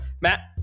Matt